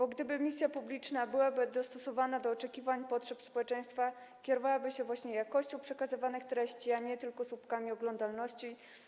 A gdyby misja publiczna była dostosowana do oczekiwań, potrzeb społeczeństwa, kierowano by się jakością przekazywanych treści, a nie tylko słupkami oglądalności.